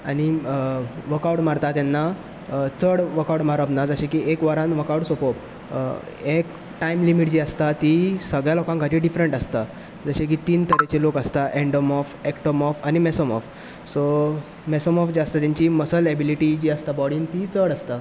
आनी work out मारता तेन्ना चड वर्क आवट मारप ना जशें की एक वरान वर्क आवट सोंपोवप टायम लिमीट जी आसता ती सगळ्या लोकां खातीर डिफरंट आसता जशे की तीन तरेचे लोक आसतात एन्डोमोर्फ एक्टोमोर्फ आनी मॅसोमोर्फ सो मॅसोमोर्फ जे आसता तेंची जी मसल एबिलीटी जी आसता बोडींत ती चड आसता